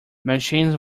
machines